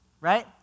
right